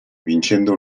vincendo